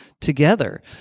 together